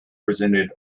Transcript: presented